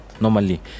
Normally